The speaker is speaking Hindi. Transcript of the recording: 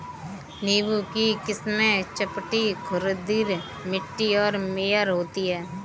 नींबू की किस्में चपटी, खुरदरी, मीठी और मेयर होती हैं